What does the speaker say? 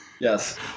Yes